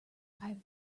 piper